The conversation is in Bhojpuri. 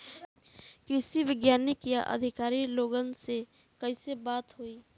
कृषि वैज्ञानिक या अधिकारी लोगन से कैसे बात होई?